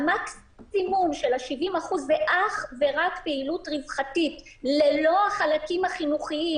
המקסימום של ה-70% זה אך ורק פעילות רווחתית ללא החלקים החינוכיים.